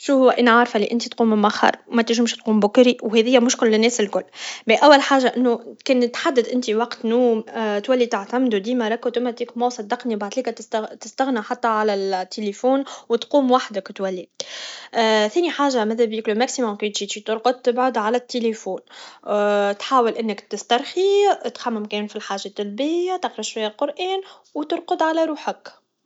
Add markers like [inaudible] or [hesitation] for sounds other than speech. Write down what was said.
شو هو انا عارف بلي انتي تقوم موخر و متنجمش تقوم بكري و هذي مشكله للناس اكل باهي اول حاجه انو كانت تحدد انتي وقت نوم تولي تعتمدو ديما راك تولي تعتمدو ديما راك اوتوماتيكمون صدقني بعديك تستغنى على التلفون و تقوم وحدك تولي [hesitation] ثاني حاجه مذابيك لو ماكسيموم كي ترقد تبعد على التلفون [hesitation] تحاول انك تسترخي تخمم كان فالحاجات الباهيه تقرا شويه قران و ترقد على روحك